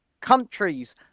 countries